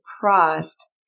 crossed